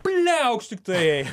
pliaukšt tiktai